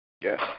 Yes